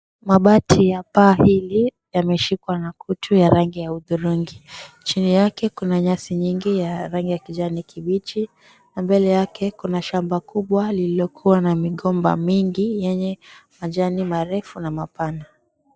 Mabati ya paa hili yameshikwa na kutu ya rangi ya hudhurungi chini yake kuna nyasi nyingi ya rangi ya kijani kibichi na mbele yake kuna shamba kubwa lililo kuwa na migomba mingi yenye majani marefu na mapana.